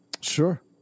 Sure